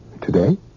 Today